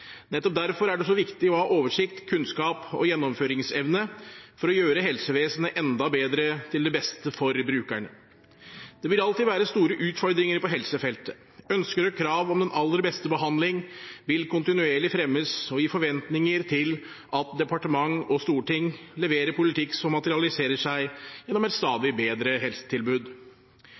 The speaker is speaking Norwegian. Nettopp derfor er det så viktig å ha oversikt, kunnskap og gjennomføringsevne for å gjøre helsevesenet enda bedre, til det beste for brukerne. Det vil alltid være store utfordringer på helsefeltet. Ønsker og krav om den aller beste behandling vil kontinuerlig fremmes, og gi forventninger om at departement og storting leverer politikk som materialiserer seg gjennom et